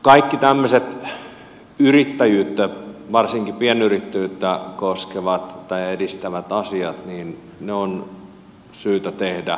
kaikki tämmöiset yrittäjyyttä varsinkin pienyrittäjyyttä koskevat tai edistävät asiat on syytä tehdä